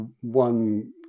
one